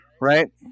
right